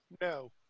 no